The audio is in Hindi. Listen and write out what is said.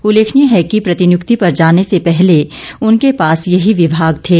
उल्लेखनीय है कि प्रतिनियुक्ति पर जाने से पहले उनके पास यही विभाग थे